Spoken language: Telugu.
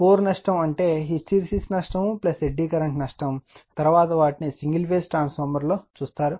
కోర్ నష్టం అంటే హిస్టెరిసిస్ నష్టం ఎడ్డీ కరెంట్ నష్టం తరువాత వాటిని సింగిల్ ఫేజ్ ట్రాన్స్ఫార్మర్లో చూస్తారు